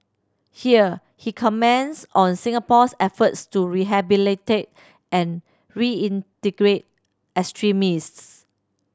here he comments on Singapore's efforts to rehabilitate and reintegrate extremists